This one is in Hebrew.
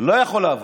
לא יכול לעבור,